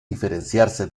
diferenciarse